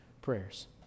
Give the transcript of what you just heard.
prayers